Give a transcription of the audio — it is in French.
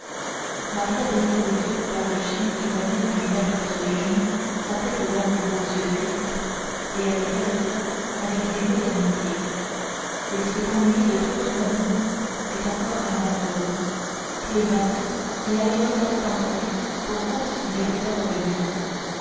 maria baissa les yeux vers le chien qui venait lui mettre sur les genoux sa tête longue aux yeux tristes et elle le caressa avec des mots d'amitié il s'est ennuyé de toi tout comme nous dit encore alma rose tous les matins il allait regarder dans ton lit pour voir si tu n'étais pas revenue